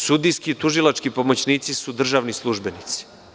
Sudijski i tužilački pomoćnici su državni službenici.